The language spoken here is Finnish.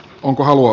onko halua